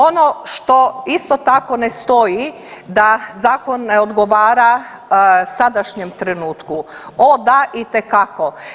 Ono što isto tako ne stoji da zakon ne odgovara sadašnjem trenutku, o da, itekako.